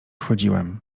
wchodziłem